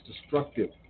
destructive